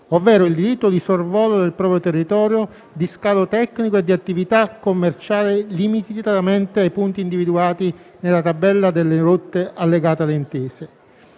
ovvero il diritto di sorvolo del proprio territorio, di scalo tecnico e di attività commerciale, limitatamente ai punti individuati nella tabella delle rotte allegate alle intese,